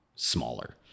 smaller